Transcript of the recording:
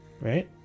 right